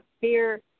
fear